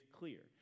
clear